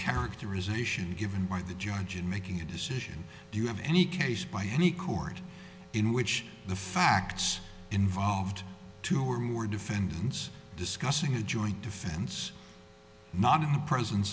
characterization given by the judge in making a decision do you have any case by any court in which the facts involved two or more defendants discussing a joint defense not in the presence